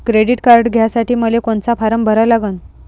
Credit card घ्यासाठी मले कोनचा फारम भरा लागन?